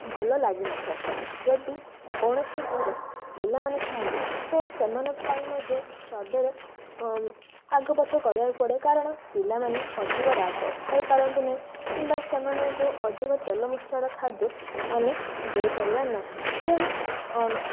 ଭଲ ଲାଗି ନଥାଏ ଯଦି କୌଣସି ଘରେ ପିଲାମାନେ ଥାନ୍ତି ତ ସେମାନଙ୍କ ପାଇଁ ମଧ୍ୟ ସ୍ଵାଦରେ ଆଗ ପଛ କରିବାକୁ ପଡ଼େ କାରଣ ପିଲାମାନେ ଅଧିକ ରାଗ ଖାଇ ପାରନ୍ତି ନାହିଁ କିମ୍ବା ସେମାନଙ୍କୁ ଅଧିକ ତେଲ ମସଲାର ଖାଦ୍ୟ ଦେଇ ପାରିବା ନାହିଁ ତେଣୁ ଏ